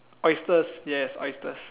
oysters yes oysters